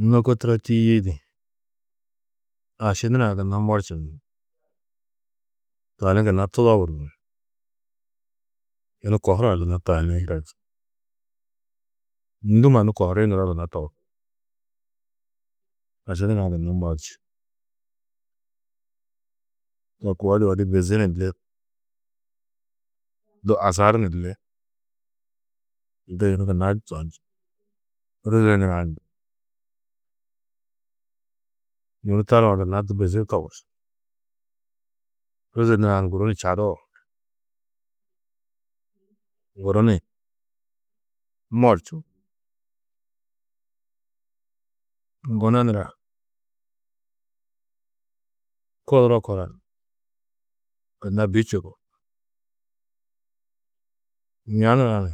Lôko turo tîyidi aši nurã gunna morčunu ni, tani gunna tudoboru ni yunu kohurã gunna ndû mannu kohuri nuroo mannu toguhú. Aši nurã gunna morči, to koo di odu bizi ni li du asar ni li de yunu gunna zonji. Ôroze nurã ni yunu tarã gunna du bizi tobus, ôroze nurã guru ni čado, guru ni morči. Gona nurã koduro kora gunna bî čubu, ña nura ni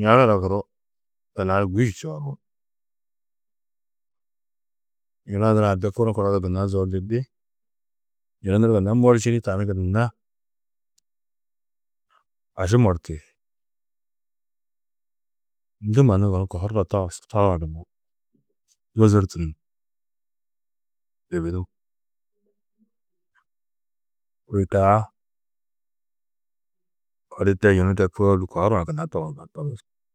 ña nura guru gunna gûdi čoobo, yina nurã de kunu kunu du gunna zonjidî, yunu nur gunna morčịnî tani gunna aši mortiyi. Ndû mannu yunu kohuro tohu tooni wôzortudu ni bibidu, kôi taa odu de yunu de kôuldu kohurã gunna tohunó togus.